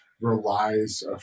relies